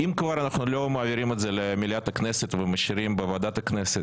אם כבר אנחנו לא מעבירים את זה למליאת הכנסת ומשאירים בוועדת הכנסת